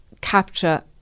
capture